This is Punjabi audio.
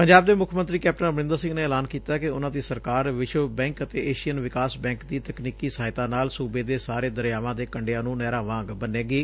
ਪੰਜਾਬ ਦੇ ਮੁੱਖ ਮੰਤਰੀ ਕੈਪਟਨ ਅਮਰੰਦਰ ਸਿੰਘ ਨੇ ਐਲਾਨ ਕੀਤੈ ਕਿ ਉਨੂਾਂ ਦੀ ਸਰਕਾਰ ਵਿਸ਼ਵ ਬੈਂਕ ਅਤੇ ਏਸ਼ੀਅਨ ਵਿਕਾਸ ਬੈਂਕ ਦੀ ਤਕਨੀਕੀ ਸਹਾਇਤਾ ਨਾਲ ਸੁਬੇ ਦੇ ਸਾਰੇ ਦਰਿਆਵਾਂ ਦੇ ਕੰਢਿਆਂ ਨੂੰ ਨਹਿਰਾਂ ਵਾਂਗ ਬਨੇਗੀ